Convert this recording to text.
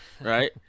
right